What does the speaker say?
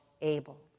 able